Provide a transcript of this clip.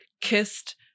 kissed